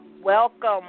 welcome